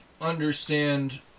understand